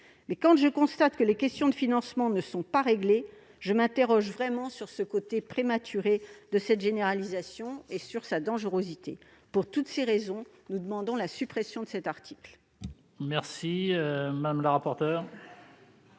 Mais quand je constate que les questions de financement ne sont pas réglées, je m'interroge vraiment sur l'aspect prématuré d'une telle généralisation et sur sa dangerosité. Pour toutes ces raisons, nous demandons la suppression de cet article.